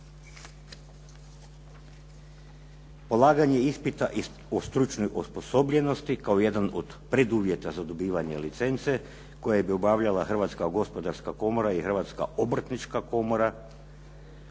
Polaganje ispita o stručnoj osposobljenosti kao jedan od preduvjeta za dobivanje licence koje je dobavljala Hrvatska gospodarska komora i Hrvatska obrtnička komora